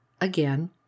again